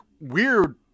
weird